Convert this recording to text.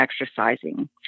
exercising